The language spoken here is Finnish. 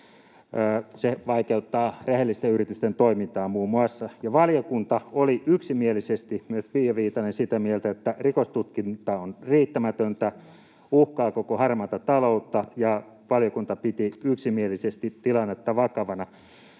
vaikeuttaa rehellisten yritysten toimintaa. Valiokunta oli yksimielisesti — myös Pia Viitanen — sitä mieltä, että rikostutkinta on riittämätöntä ja että se uhkaa koko harmaan talouden torjuntaa, ja valiokunta piti yksimielisesti tilannetta vakavana.